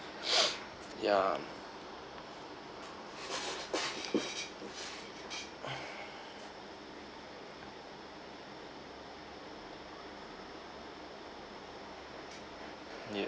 yeah yea